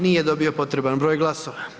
Nije dobio potreban broj glasova.